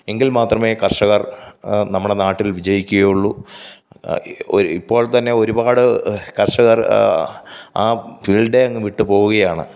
എങ്കിൽ മാത്രമേ കർഷകർ നമ്മുടെ നാട്ടിൽ വിജയിക്കുകയുള്ളു ഇപ്പോൾ തന്നെ ഒരുപാട് കർഷകർ ആ ഫീൽഡേ അങ്ങ് വിട്ടുപോവുകയാണ്